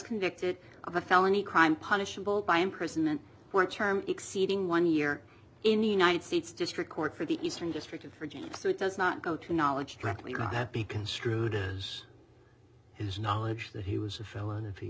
convicted of a felony crime punishable by imprisonment were term exceeding one year in the united states district court for the eastern district of virginia so it does not go to knowledge directly that be construed as his knowledge that he was a fel